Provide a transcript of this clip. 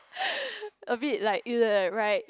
a bit like right